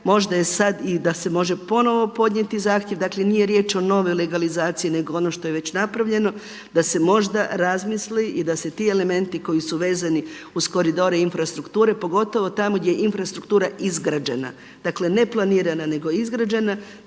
možda je sada i da se može ponovno podnijeti zahtjev dakle nije riječ o novoj legalizaciji, nego ono što je već napravljeno da se možda razmisli i da se ti elementi koji su vezani uz koridore infrastrukture pogotovo tamo gdje je infrastruktura izgrađena. Dakle, ne planirana, nego izgrađena